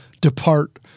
depart